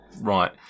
Right